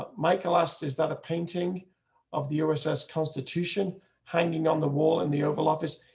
but michael asked, is that a painting of the uss constitution hanging on the wall in the oval office.